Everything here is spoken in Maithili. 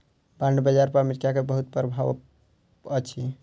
बांड बाजार पर अमेरिका के बहुत प्रभाव अछि